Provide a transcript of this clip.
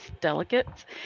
delegates